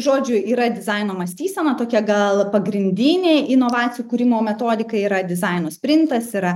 žodžių yra dizaino mąstysena tokia gal pagrindinė inovacijų kūrimo metodika yra dizaino sprintas yra